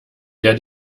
der